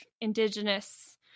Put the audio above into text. indigenous